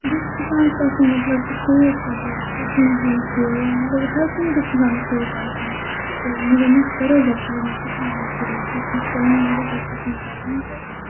بیٚیہِ چھُ اِنسان گَژھِ آسُن مطلب شوق مطلب کُکِنٛگ ہُنٛد تہِ مطلب ہَر کُنہِ گژھِ اِنسانَس شوق آسُن تہٕ مَگر مےٚ چھُ واریاہ زیادٕ کُکِنٛگ ہُنٛد شوق بہٕ چھَس مےٚ چھُ رَنُن واریاہ زیادٕ پَسنٛد کَران تہٕ